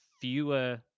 fewer